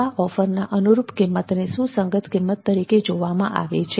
સેવા ઓફરના અનુરૂપ કિંમતને સુસંગત કિંમત તરીકે જોવામાં આવે છે